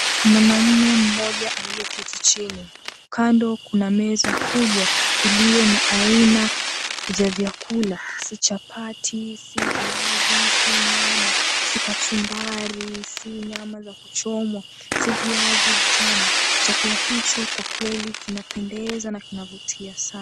Mwanamume mmoja aliyeketi chini, kando kuna meza kubwa iliyo na aina ya vyakula, si chapati, si viazi, si nyama, si kachumbari, si nyama za kuchomwa, si viazi vitamu. Chakula hicho kwa kweli kinapendeza na kinavutia sana.